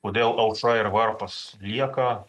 kodėl aušra ir varpas lieka